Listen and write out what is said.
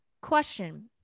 Question